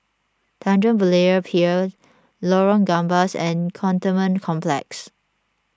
Tanjong Berlayer Pier Lorong Gambas and Cantonment Complex